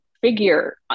figure